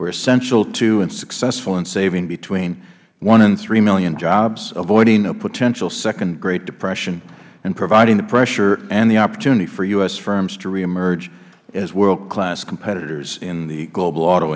were essential to and successful in saving between one and three million jobs avoiding a potential second great depression and providing the pressure and the opportunity for u s firms to reemerge as worldclass competitors in the global auto